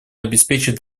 обеспечить